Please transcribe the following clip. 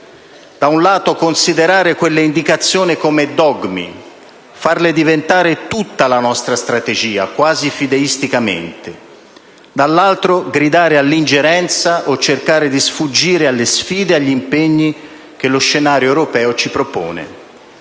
Da un lato considerare quelle indicazioni come dogmi, farle diventare tutta la nostra strategia, quasi fideisticamente. Dall'altro gridare all'ingerenza o cercare di sfuggire alle sfide e agli impegni che lo scenario europeo ci propone.